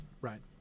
Right